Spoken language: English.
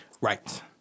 Right